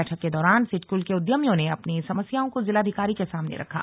बैठक के दौरान सिडकल के उद्यमियों ने अपनी समस्याओं को जिलाधिकारी के सामने रखा